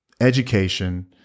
education